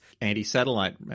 Anti-satellite